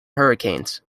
hurricanes